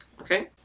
Okay